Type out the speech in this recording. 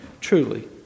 Truly